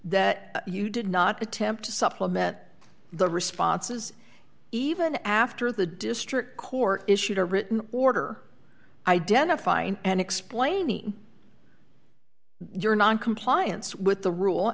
that you did not attempt to supplement the responses even after the district court issued a written order identifying and explaining your noncompliance with the rule